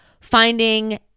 finding